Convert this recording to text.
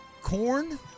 Corn